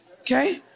okay